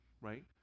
right